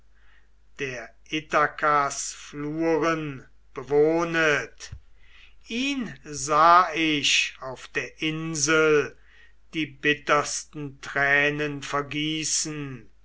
der ithakas fluren bewohnet ihn sah ich auf der insel die bittersten tränen vergießen